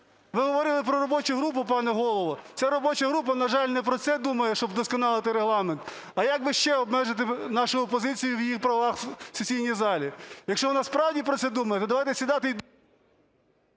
Ви говорили про робочу групу, пане Голово. Ця робоча група, на жаль, не про це думає, щоб вдосконалити регламент, а як би ще обмежити нашу опозицію в її правах в сесійній залі. Якщо вона справді про це думає, то давайте сідати…